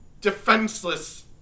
defenseless